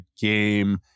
game